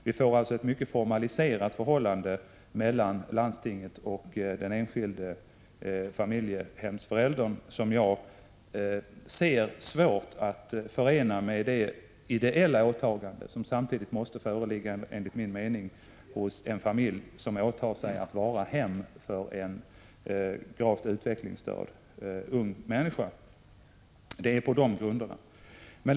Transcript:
Vi får alltså ett mycket formaliserat förhållande mellan landstinget och den enskilde familjehemsföräldern, som jag anser vara svårt att förena med det ideella åtagande som enligt min mening samtidigt måste föreligga hos den familj som i sitt hem tar emot en gravt utvecklingsstörd ung människa. Det är på dessa grunder som jag uttrycker tveksamhet.